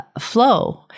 flow